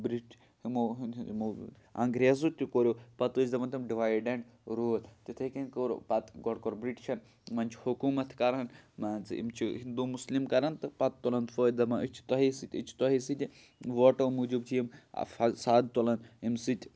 بِرٛٹ یِمو ہُںٛد ہُںٛد یِمو انٛگریزو تہِ کوٚرُکھ پَتہٕ ٲسۍ دَپان تِم ڈِوایِڈ اینڈ روٗلۍ تِتھَے کٔنۍ کوٚرُکھ پَتہٕ گۄڈٕ کوٚرُکھ بِرٛٹِشَن تِمَن چھُ حکوٗمَت تہِ کَران مان ژٕ یِم چھِ ہِندوٗ مُسلم کَران تہٕ پَتہٕ تُلان فٲیِدٕ دَپان أسۍ چھِ تۄہے سۭتۍ أسۍ چھِ تۄہے سۭتۍ ووٹو موٗجوٗب چھِ یِم اَ فساد تُلان امہِ سۭتۍ